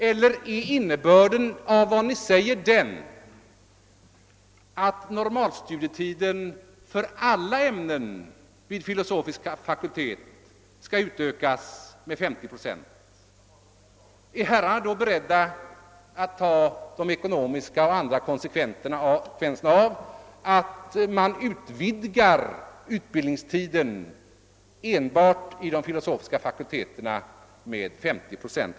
Eller är innebörden av vad ni säger den, att normalstudietiden för alla ämnen vid filosofisk fakultet skall utökas med 50 procent? är herrarna i så fall beredda att ta de konsekvenser av ekonomisk och av annan innebörd som en utvidgning av utbildningstiden med 50 procent enbart vid de filosofiska fakulteterna skulle medföra?